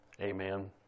Amen